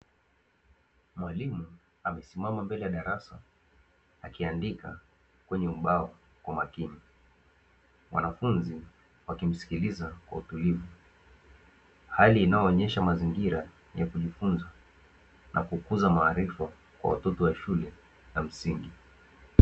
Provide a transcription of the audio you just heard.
Mwalimu amesimama mbele ya darasa akiandika kwenye ubao kwa makini. Wanafunzi wakimsikiliza kwa utulivu. Hali inayoonyesha mazingira ya kujifunza na kukuza maarifa kwa watoto wa shule ya msingi.